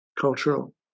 cultural